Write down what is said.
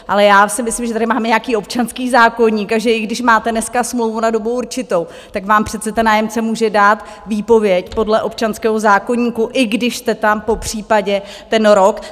Ale já si myslím, že tady máme nějaký občanský zákoník, a že i když máte dneska smlouvu na dobu určitou, tak vám přece nájemce může dát výpověď podle občanského zákoníku, i když jste tam popřípadě rok.